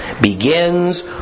begins